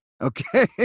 Okay